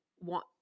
want –